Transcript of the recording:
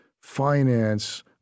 finance